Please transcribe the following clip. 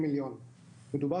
אנחנו יכולים לראות מחקר מעבדתי,